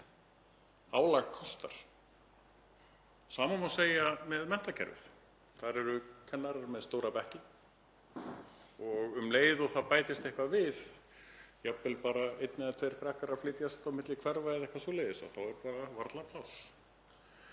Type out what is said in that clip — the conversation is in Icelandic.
Álag kostar. Sama má segja um menntakerfið. Þar eru kennarar með stóra bekki og um leið og það bætist eitthvað við, jafnvel bara einn eða tveir krakkar sem flytjast á milli hverfa eða eitthvað svoleiðis, þá er bara varla pláss.